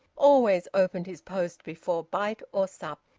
always opened his post before bite or sup.